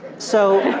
so.